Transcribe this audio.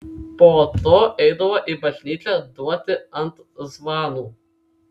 po to eidavo į bažnyčią duoti ant zvanų